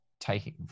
taking